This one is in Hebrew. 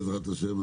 בעזרת השם,